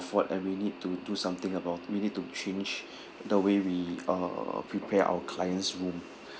fault and we need to do something about we need to change the way we uh prepare our clients' room